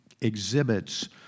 exhibits